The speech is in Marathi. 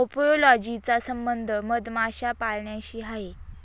अपियोलॉजी चा संबंध मधमाशा पाळण्याशी आहे